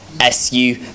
SU